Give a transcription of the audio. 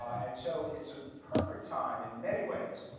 and so it's a perfect time, in many ways,